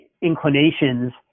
inclinations